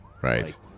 Right